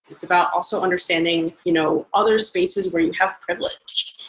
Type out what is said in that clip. it's about also understanding you know other spaces where you have privilege.